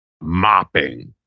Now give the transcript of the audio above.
mopping